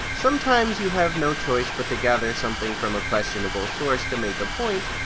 sometimes you have no choice but to gather something from a questionable source to make a point,